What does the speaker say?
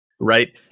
Right